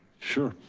sure,